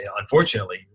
unfortunately